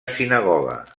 sinagoga